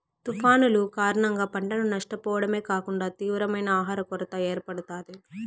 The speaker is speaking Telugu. తుఫానులు కారణంగా పంటను నష్టపోవడమే కాకుండా తీవ్రమైన ఆహర కొరత ఏర్పడుతాది